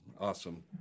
Awesome